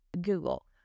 Google